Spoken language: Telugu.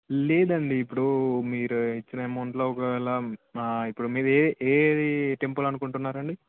లేదండి ఇప్పుడు మీరు ఇచ్చిన ఎమౌంట్లో ఒకవేళ ఇప్పుడు మీ ఏది టెంపుల్ అనుకుంటున్నారండి